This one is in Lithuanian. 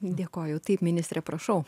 dėkoju taip ministre prašau